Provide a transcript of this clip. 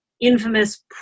infamous